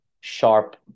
sharp